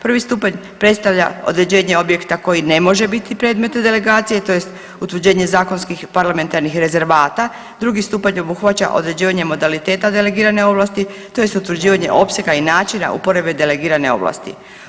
Prvi stupanj predstavlja određene objekta koji ne može biti predmet delegacije tj. utvrđenje zakonskih parlamentarnih rezervata, drugi stupanj obuhvaća određivanje modaliteta delegirane ovlasti tj. utvrđivanje opsega i načina uporabe delegirane ovlasti.